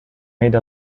made